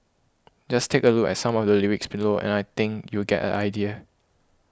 just take a look at some of the lyrics below and I think you'll get a idea